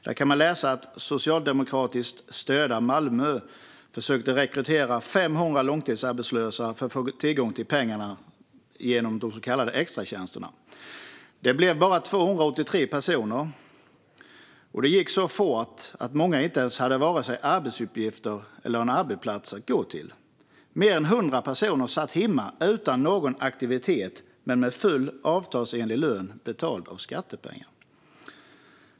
Där kan man läsa att det socialdemokratiskt styrda Malmö försökte rekrytera 500 långtidsarbetslösa för att få tillgång till pengarna genom de så kallade extratjänsterna. Det blev bara 283 personer, och det gick så fort att många inte ens hade vare sig arbetsuppgifter eller en arbetsplats att gå till. Mer än 100 personer satt hemma utan någon aktivitet men med full avtalsenlig lön, betald av skattepengar.